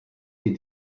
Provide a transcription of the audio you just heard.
den